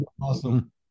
awesome